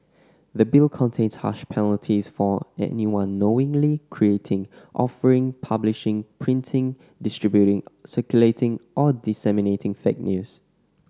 the Bill contains harsh penalties for anyone knowingly creating offering publishing printing distributing circulating or disseminating fake news